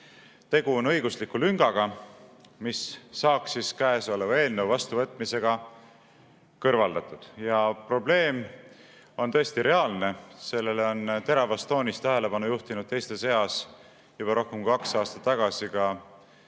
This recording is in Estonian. Tegu on õigusliku lüngaga, mis saaks käesoleva eelnõu vastuvõtmisega kõrvaldatud. Probleem on tõesti reaalne. Sellele on teravas toonis tähelepanu juhtinud teiste seas juba rohkem kui kaks aastat tagasi